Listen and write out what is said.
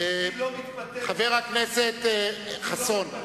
היא לא, חבר הכנסת חסון.